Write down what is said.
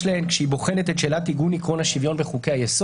להן כשהיא בוחנת את שאלת עיגון עיקרון השוויון בחוקי-היסוד,